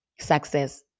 success